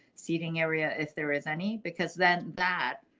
seating area if there is any because then that.